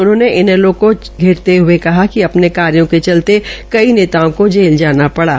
उन्होंने इनैलो का घेरते हये कहा कि अपने कार्यो के चलते कई नेताओं को जेल जाना पड़ा